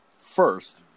first